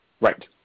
Right